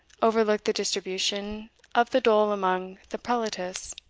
overlooked the distribution of the dole among the prelatists.